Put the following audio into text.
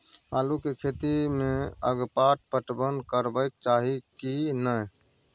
आलू के खेती में अगपाट पटवन करबैक चाही की नय?